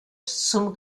zum